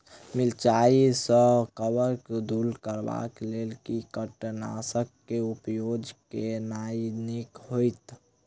मिरचाई सँ कवक दूर करबाक लेल केँ कीटनासक केँ उपयोग केनाइ नीक होइत?